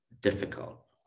difficult